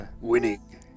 winning